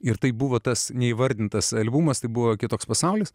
ir tai buvo tas neįvardintas albumas tai buvo kitoks pasaulis